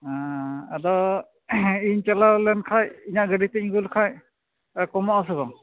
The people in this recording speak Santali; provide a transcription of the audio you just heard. ᱟᱫᱚ ᱤᱧ ᱪᱟᱞᱟᱣ ᱞᱮᱱ ᱠᱷᱟᱡ ᱤᱧᱟᱹᱜ ᱜᱟᱹᱰᱤ ᱛᱮᱧ ᱟᱹᱜᱩ ᱞᱮᱠᱷᱟᱡ ᱠᱚᱢᱚᱜ ᱟᱥᱮ ᱵᱟᱝ